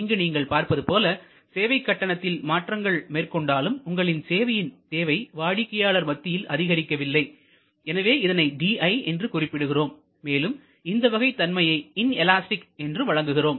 இங்கு நீங்கள் பார்ப்பது போல சேவைக் கட்டணத்தில் மாற்றங்கள் மேற்கொண்டாலும் உங்களின் சேவையின் தேவை வாடிக்கையாளர் மத்தியில் அதிகரிக்கவில்லை எனவே இதனை Di என்று குறிப்பிடுகிறோம் மேலும் இந்த வகை தன்மையை இன் எலாஸ்டிக் என்று வழங்குகிறோம்